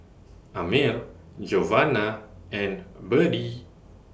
Amir Giovanna and Byrdie